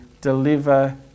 deliver